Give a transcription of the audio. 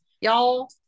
y'all